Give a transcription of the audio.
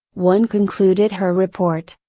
one concluded her report,